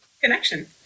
connection